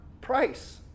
price